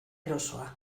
erosoa